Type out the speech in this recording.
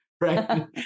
Right